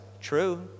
True